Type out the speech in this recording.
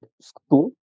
school